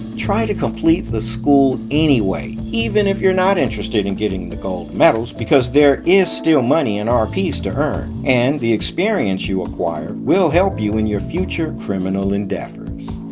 try to complete the school anyway, even if you're not interested in getting the gold medals, because there is still money and rps to earn and the experience you acquire will help you in your future criminal endeavors.